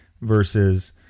versus